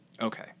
Okay